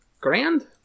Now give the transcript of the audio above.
Grand